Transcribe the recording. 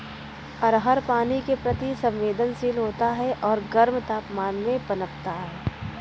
अरहर पानी के प्रति संवेदनशील होता है और गर्म तापमान में पनपता है